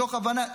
מתוך הבנה.